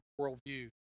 worldview